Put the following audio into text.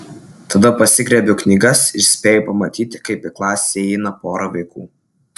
tada pasigriebiu knygas ir spėju pamatyti kaip į klasę įeina pora vaikų